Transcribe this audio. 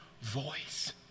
voice